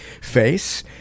face